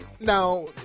Now